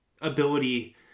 ability